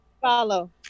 follow